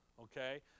okay